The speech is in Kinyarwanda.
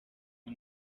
ngo